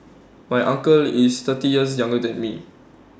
my uncle is thirty years younger than me